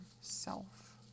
self